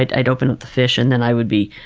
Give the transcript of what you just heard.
i'd i'd open up the fish and then i would be,